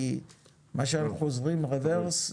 כי מה שאנחנו חוזרים רוורס,